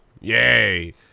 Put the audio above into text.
Yay